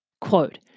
Quote